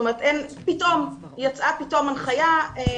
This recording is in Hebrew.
פתאום יצאה הנחיה ואני לא הצלחתי להבין מאיפה זה הגיע.